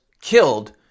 killed